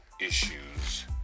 issues